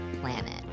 planet